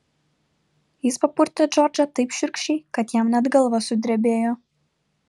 jis papurtė džordžą taip šiurkščiai kad jam net galva sudrebėjo